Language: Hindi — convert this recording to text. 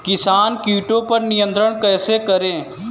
किसान कीटो पर नियंत्रण कैसे करें?